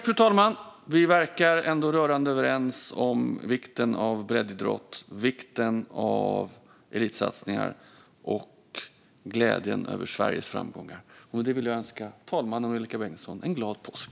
Fru talman! Vi verkar ändå rörande överens om vikten av breddidrott, vikten av elitsatsningar och glädjen över Sveriges framgångar. Med det vill jag önska talmannen och Angelika Bengtsson en glad påsk!